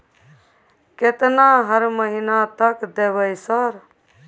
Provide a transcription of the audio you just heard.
केतना हर महीना तक देबय सर?